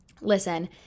listen